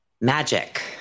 Magic